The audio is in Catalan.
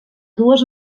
dues